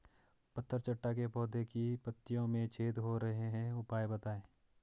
पत्थर चट्टा के पौधें की पत्तियों में छेद हो रहे हैं उपाय बताएं?